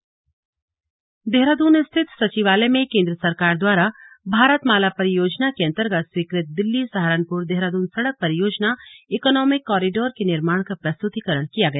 economic corridor Dehradun स्थित संचिवालय में केंद्र सरकार द्वारा भारत माला परियोजना के अंतर्गत स्वीकृत दिल्ली सहारनपुर देहरादून सड़क परियोजना इकोनोमिक कॉरिडोर के निर्माण का प्रस्तुतीकरण किया गया